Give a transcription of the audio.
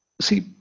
See